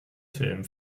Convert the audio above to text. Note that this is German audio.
film